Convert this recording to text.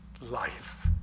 life